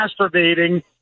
masturbating